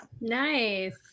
nice